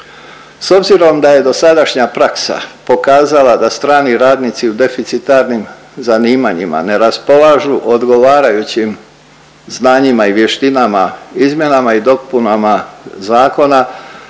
S obzirom da je dosadašnja praksa pokazala da strani radnici u deficitarnim zanimanjima ne raspolažu odgovarajućim znanjima i vještinama, izmjenama i dopunama zakona